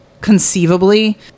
conceivably